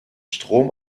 strom